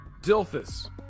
Dilphus